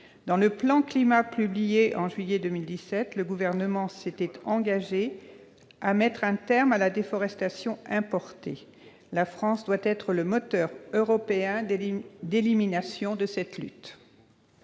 Dans le plan Climat publié au mois de juillet 2017, le Gouvernement s'était engagé à « mettre un terme à la déforestation importée ». La France doit être le moteur européen de cette lutte.